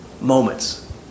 moments